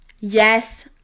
yes